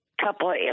couple